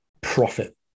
profit